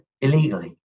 illegally